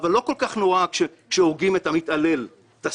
אבל לא כל כך נורא כשהורגים אב מתעלל וסאדיסט.